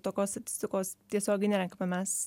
tokios statistikos tiesiogiai nerenkame mes